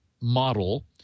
model